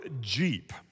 Jeep